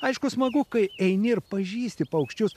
aišku smagu kai eini ir pažįsti paukščius